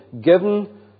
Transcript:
given